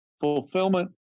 fulfillment